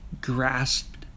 grasped